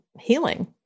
healing